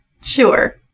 Sure